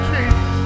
Jesus